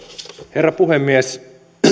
herra puhemies